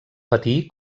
patir